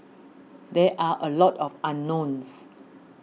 there are a lot of unknowns